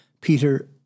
Peter